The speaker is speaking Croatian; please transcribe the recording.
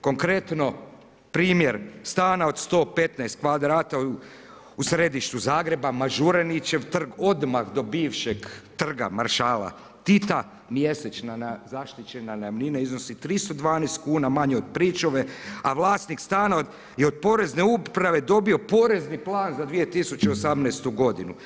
Konkretno, primjer stana od 115 kvadrata u središtu Zagreba, Mažuranićev trg, odmah do bivšeg Trga maršala Tita, mjesečna zaštićena najamnina iznosi 312 kuna, manje od pričuve a vlasnik stana je od Porezne uprave dobio porezni plan za 2018. godinu.